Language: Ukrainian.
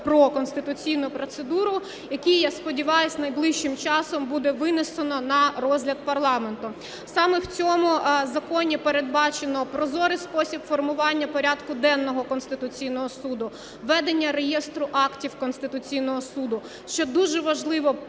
про конституційну процедуру, який, я сподіваюся, найближчим часом буде винесено на розгляд парламенту. Саме в цьому законі передбачено прозорий спосіб формування порядку денного Конституційного Суду, ведення реєстру актів Конституційного Суду, що дуже важливо,